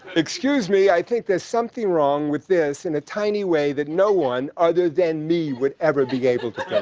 excuse me i think there's something wrong with this in a tiny way that no one other than me would ever be able to